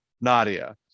Nadia